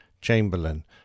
Chamberlain